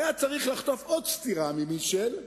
היה צריך לחטוף עוד סטירה ממיטשל,